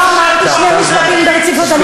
לא אמרתי שני משפטים ברציפות.